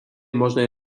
možné